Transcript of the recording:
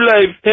Life